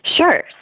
Sure